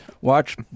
watch